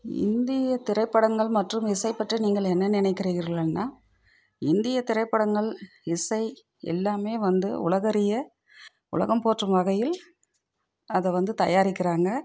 இந்திய திரைப்படங்கள் மற்றும் இசை பற்றி நீங்கள் என்ன நெனைக்கிறீர்கள்னா இந்திய திரைப்படங்கள் இசை எல்லாமே வந்து உலகம் அறிய உலகம் போற்றும் வகையில் அதை வந்து தயாரிக்கிறாங்க